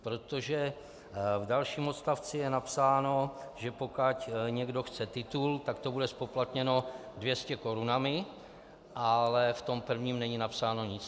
Protože v dalším odstavci je napsáno, že pokud někdo chce titul, tak to bude zpoplatněno 200 korunami, ale v tom prvním není napsáno nic.